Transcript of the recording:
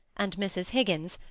and mrs. higgins,